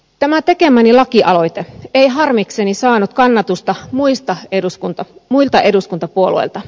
tämä tekemäni lakialoite ei harmikseni saanut kannatusta muilta eduskuntapuolueilta